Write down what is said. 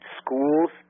schools